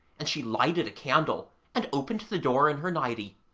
and she lighted a candle and opened the door in her nighty,